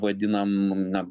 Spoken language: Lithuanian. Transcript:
vadinam na